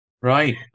Right